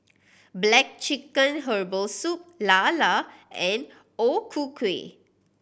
black chicken herbal soup lala and O Ku Kueh